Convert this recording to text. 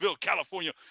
California